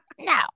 No